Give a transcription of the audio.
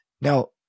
Now